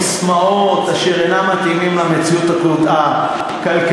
ססמאות אשר אינן מתאימות למציאות הכלכלית,